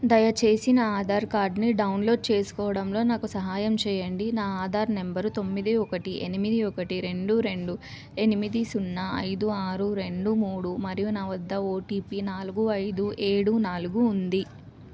దయచేసి నా ఆధార్ కార్డ్ని డౌన్లోడ్ చేసుకోవడంలో నాకు సహాయం చెయ్యండి నా ఆధార్ నంబరు తొమ్మిది ఒకటి ఎనిమిది ఒకటి రెండు రెండు ఎనిమిది సున్నా ఐదు ఆరు రెండు మూడు మరియు నా వద్ద ఓటీపీ నాలుగు ఐదు ఏడు నాలుగు ఉంది